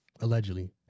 allegedly